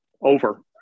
Over